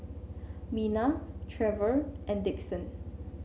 Mina Trevor and Dixon